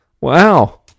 Wow